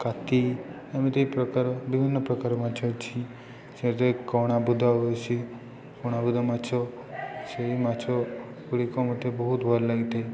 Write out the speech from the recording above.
କାତି ଏମିତି ଏ ପ୍ରକାର ବିଭିନ୍ନ ପ୍ରକାର ମାଛ ଅଛି ସେଥିରେ କଣାବୁଦ ଅଛି କଣାବୁଦ ମାଛ ସେଇ ମାଛଗୁଡ଼ିକ ମୋତେ ବହୁତ ଭଲ ଲାଗିଥାଏ